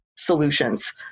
solutions